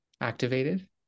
activated